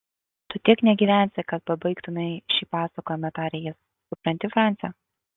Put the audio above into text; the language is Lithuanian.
tu tiek negyvensi kad pabaigtumei šį pasakojimą tarė jis supranti franci